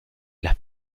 las